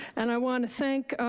and i want to thank